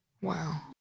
Wow